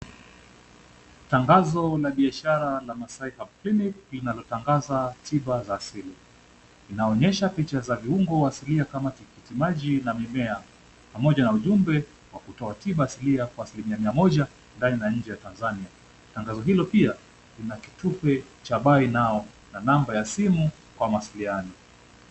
Tangazo la biashara la Masai herbal clinic linalotangaza tiba za asili. Linaonesha picha za viungo asilia kama tikitimaji na mimea, pamoja na ujumbe hutoa tiba asilia kwa asilimia mia moja ndani na nje ya Tanzania. Tangazo hilo lina kitupe cha buy now na namba ya simu kwa mawasiliano.